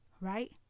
right